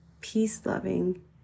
peace-loving